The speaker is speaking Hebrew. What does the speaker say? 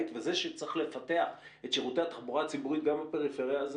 וזה שצריך לפתח את שירותי התחבורה הציבורית גם בפריפריה,